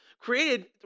created